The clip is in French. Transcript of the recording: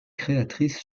créatrice